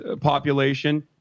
population